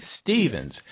Stevens